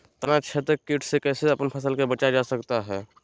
तनाछेदक किट से कैसे अपन फसल के बचाया जा सकता हैं?